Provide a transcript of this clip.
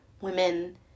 Women